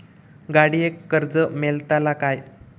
गाडयेक कर्ज मेलतला काय?